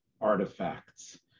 artifacts